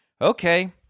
Okay